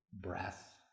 breath